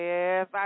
Yes